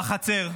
בחצר,